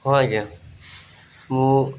ହଁ ଆଜ୍ଞା ମୁଁ